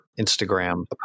Instagram